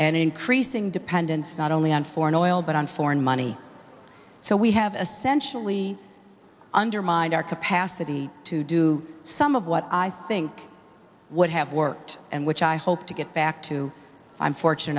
and increasing dependence not only on foreign oil but on foreign money so we have a sensually undermined our cassidy to do some of what i think would have worked and which i hope to get back to i'm